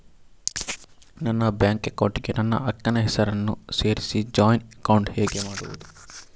ನನ್ನ bank account ಗೆ ನನ್ನ ಅಕ್ಕ ನ ಹೆಸರನ್ನ ಸೇರಿಸಿ ಜಾಯಿನ್ ಅಕೌಂಟ್ ಹೇಗೆ ಮಾಡುದು?